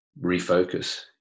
refocus